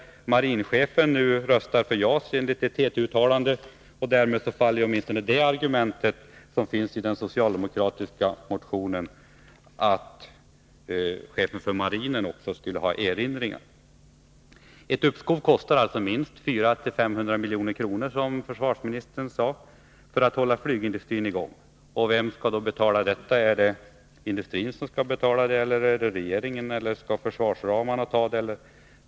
Marinchefen är nu för JAS, enligt ett TT-uttalande. Därmed faller åtminstone det argument som finns i den socialdemokratiska motionen, att chefen för marinen skulle ha erinringar. Ett uppskov kostar minst 400-500 miljoner, som försvarsministern sade, för att man skall hålla flygindustrin i gång. Vem skall betala detta? Är det industrin som skall betala eller är det regeringen, eller skall det tas inom försvarsramarna?